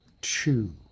two